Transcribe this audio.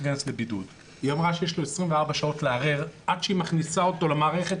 היא אמרה שיש לו 24 שעות לערער עד שהיא מכניסה אותו למערכת,